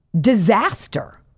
disaster